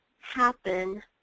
happen